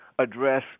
address